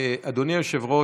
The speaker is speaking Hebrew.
אדוני היושב-ראש,